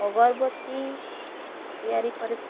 ଅଗରବତୀ ତିଆରି କରି